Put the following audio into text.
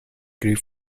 گریپ